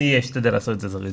אשתדל לעשות את זה זריז.